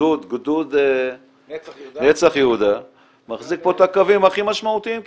גדוד נצח יהודה מחזיק פה את הקווים הכי משמעותיים כמעט.